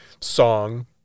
song